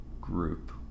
group